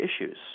issues